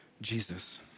Jesus